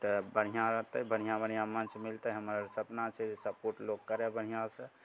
तऽ बढ़िआँ रहतै बढ़िआँ बढ़िआँ मञ्च मिलतै हमर सपना छै जे सपोर्ट लोक करै बढ़िआँसे